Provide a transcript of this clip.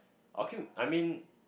okay I mean